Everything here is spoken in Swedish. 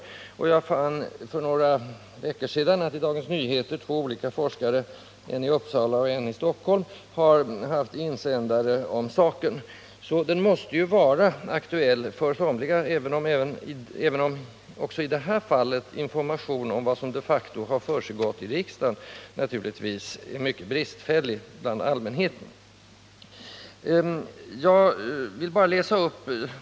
Jag har också funnit att för några veckor sedan två forskare, en i Uppsala och en i Stockholm, i Dagens Nyheter haft insändare om saken. Den måste följaktligen vara aktuell för somliga, även om också i det här fallet informationen om vad som de facto har försiggått i riksdagen naturligtvis är mycket bristfällig även bland dem det berör.